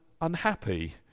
unhappy